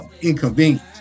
inconvenient